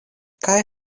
kaj